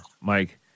Mike